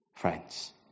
Friends